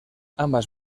ambas